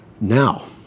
now